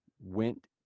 went